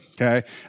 Okay